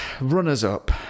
runners-up